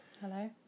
Hello